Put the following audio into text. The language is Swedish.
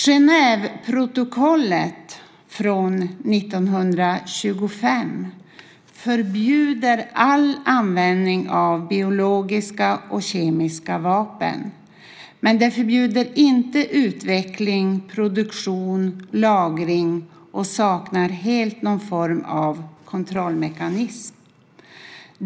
Genèveprotokollet från 1925 förbjuder all användning av biologiska och kemiska vapen, men det förbjuder inte utveckling, produktion och lagring, och det saknar helt någon form av kontrollmekanism.